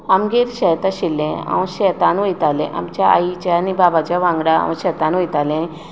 आमगेर शेत आशिल्लें हांव शेतांत वयतालें आमच्या आईच्या आनी बाबाच्या वांगडा हांव शेतांत वयतालें